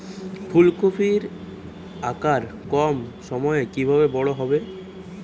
ফুলকপির আকার কম সময়ে কিভাবে বড় হবে?